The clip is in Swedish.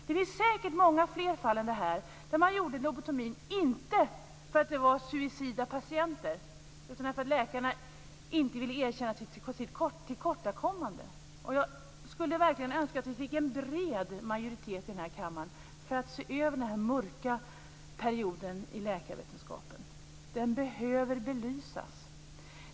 Det finns säkert många fler fall där man gjorde lobotomi men inte för att det var fråga om suicida patienter utan därför att läkarna inte ville erkänna sitt tillkortakommande. Jag skulle verkligen önska att en bred majoritet i denna kammare var för en översyn av denna mörka period inom läkarvetenskapen. Den perioden behöver belysas.